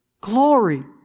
glory